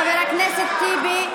חבר הכנסת טיבי.